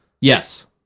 Yes